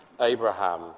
Abraham